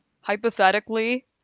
hypothetically